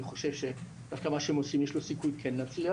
אני חושב שדווקא מה שהם עושים יש לו סיכוי כן להצליח.